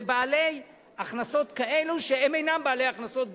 זה בעלי הכנסות כאלה שהם אינם בעלי הכנסות גבוהות,